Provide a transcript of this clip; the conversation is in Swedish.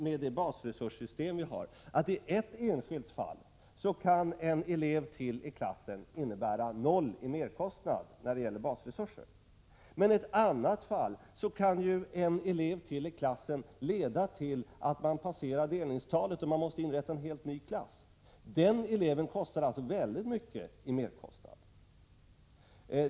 Med det basresurssystem som vi har är det nämligen så att i ett enskilt fall kan en elev till i klassen innebära noll i merkostnad när det gäller basresurser, men i ett annat fall kan en elev till i klassen leda till att man passerar delningstalet och måste inrätta en helt ny klass. Den eleven förorsakar alltså väldigt stor merkostnad.